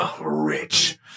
Rich